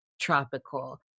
tropical